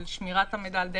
על שמירת המידע,